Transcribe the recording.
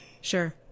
Sure